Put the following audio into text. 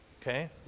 Okay